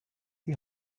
die